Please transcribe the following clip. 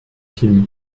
film